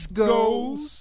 goals